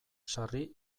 sarri